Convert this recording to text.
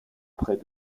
près